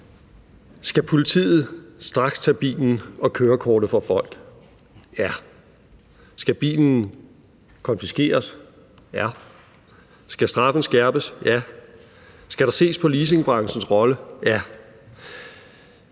Skal politiet straks tage bilen og kørekortet fra folk? Ja. Skal bilen konfiskeres? Ja. Skal straffen skærpes? Ja. Skal der ses på leasingbranchens rolle? Ja.